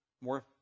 more